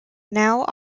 now